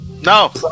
No